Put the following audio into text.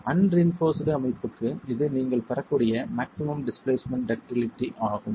unreinforced அமைப்புக்கு இது நீங்கள் பெறக்கூடிய மாக்ஸிமம் டிஸ்பிளேஸ்மென்ட் டக்டிலிட்டி ஆகும்